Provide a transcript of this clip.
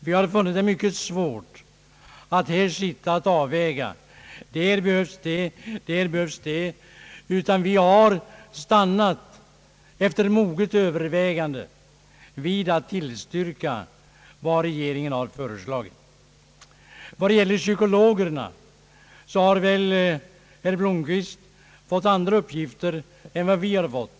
Vi har funnit det mycket svårt att sitta och avväga att här behövs det och här behövs det, utan vi har efter moget övervägande stannat vid att tillstyrka vad regeringen har föreslagit. När det gäller psykologerna har väl herr Blomquist fått andra uppgifter än vi har fått.